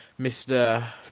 Mr